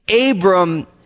Abram